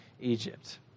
Egypt